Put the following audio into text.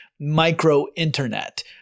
micro-internet